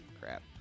Crap